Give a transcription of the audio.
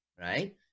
right